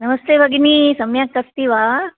नमस्ते भगिनि सम्यक् अस्ति वा